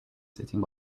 sitting